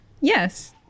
Yes